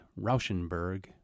Rauschenberg